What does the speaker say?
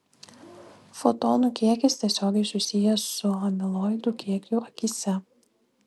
fotonų kiekis tiesiogiai susijęs su amiloidų kiekiu akyse